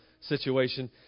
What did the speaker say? situation